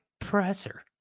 presser